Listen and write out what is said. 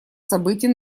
событий